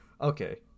Okay